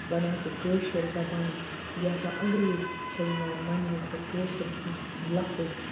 وَنان سُہ کٲشِر زَبان یہِ ہَسا اَنٛگریٖز چھ یوان وَننہِ سۄ کٲشٕر کینٛہہ لفٕظ